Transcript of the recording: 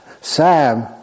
Sam